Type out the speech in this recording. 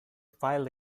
filed